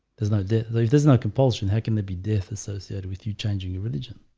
there's no there's there's no compulsion. how can they be death associated with you changing your religion?